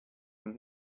when